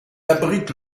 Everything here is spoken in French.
abrite